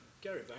Gary